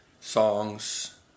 songs